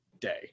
day